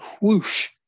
whoosh